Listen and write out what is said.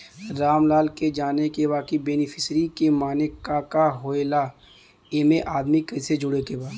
रामलाल के जाने के बा की बेनिफिसरी के माने का का होए ला एमे आदमी कैसे जोड़े के बा?